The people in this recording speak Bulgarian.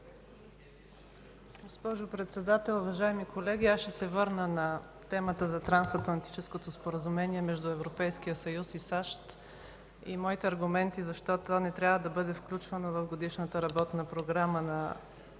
Госпожо Председател, уважаеми колеги! Аз ще се върна на темата за Трансатлантическото споразумение между Европейския съюз и САЩ и моите аргументи защо това не трябва да бъде включвано в Годишната работна програма на